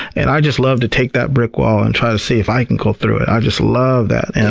and i just love to take that brick wall and try to see if i can go through it. i just love that.